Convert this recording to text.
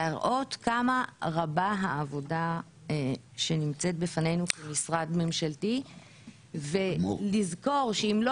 להראות כמה רבה העבודה שנמצאת בפנינו כמשרד ממשלתי ולזכור שאם לא